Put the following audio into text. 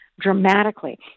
dramatically